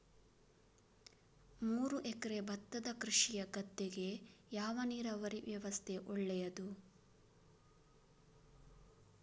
ಮೂರು ಎಕರೆ ಭತ್ತದ ಕೃಷಿಯ ಗದ್ದೆಗೆ ಯಾವ ನೀರಾವರಿ ವ್ಯವಸ್ಥೆ ಒಳ್ಳೆಯದು?